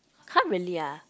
!huh! really ah